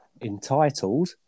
entitled